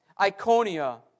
Iconia